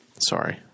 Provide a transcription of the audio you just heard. sorry